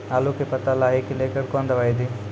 आलू के पत्ता लाही के लेकर कौन दवाई दी?